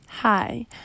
hi